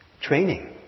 training